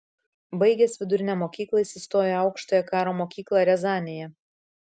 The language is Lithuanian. baigęs vidurinę mokyklą jis įstojo į aukštąją karo mokyklą riazanėje